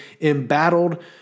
embattled